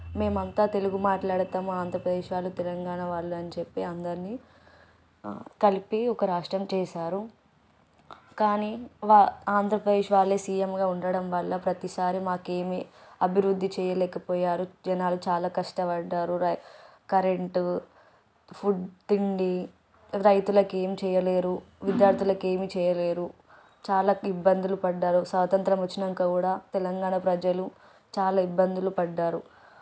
మేమంతా తెలుగు మాట్లాడతాము ఆంధ్రప్రదేశ్ వాళ్ళు తెలంగాణ వాళ్ళు అని చెప్పి అందరిని కలిపి ఒక రాష్ట్రం చేశారు కానీ వ ఆంధ్రప్రదేశ్ వాళ్ళే సీఎంగా ఉండడం వల్ల ప్రతిసారి మాకు ఏమీ అభివృద్ధి చేయలేకపోయారు జనాలు చాలా కష్టపడ్డారు రై కరెంటు ఫుడ్ తిండి రైతులకు ఏం చేయలేరు విద్యార్థులకు ఏమి చేయలేరు చాలా ఇబ్బందులు పడ్డారు స్వాతంత్రం వచ్చినాక కూడా తెలంగాణ ప్రజలు చాలా ఇబ్బందులు పడ్డారు